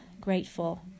grateful